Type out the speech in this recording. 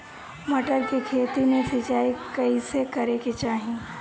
मटर के खेती मे सिचाई कइसे करे के चाही?